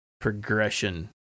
progression